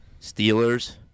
Steelers